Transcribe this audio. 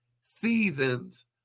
seasons